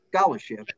scholarship